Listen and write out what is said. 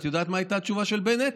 את יודעת מה הייתה התשובה של בנט?